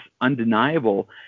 undeniable